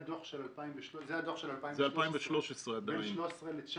זה הדוח של 2013. בין 2013 ל-2019,